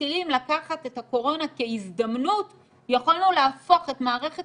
משכילים לקחת את הקורונה כהזדמנות יכולנו להפוך את מערכת